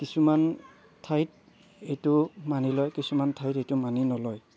কিছুমান ঠাইত এইটো মানি লয় কিছুমান ঠাইত এইটো মানি নলয়